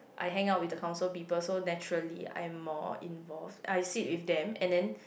I hang out with the council people so then surely I am more involved I sit with them and then